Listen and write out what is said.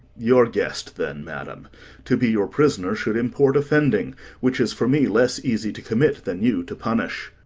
your guest, then, madam to be your prisoner should import offending which is for me less easy to commit than you to punish.